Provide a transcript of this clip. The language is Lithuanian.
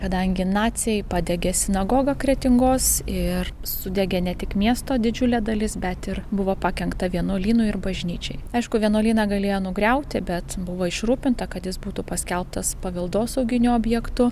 kadangi naciai padegė sinagogą kretingos ir sudegė ne tik miesto didžiulė dalis bet ir buvo pakenkta vienuolynui ir bažnyčiai aišku vienuolyną galėjo nugriauti bet buvo išrūpinta kad jis būtų paskelbtas paveldosauginiu objektu